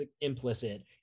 implicit